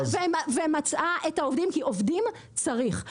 ומצאה את העובדים, כי עובדים צריך.